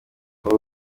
uru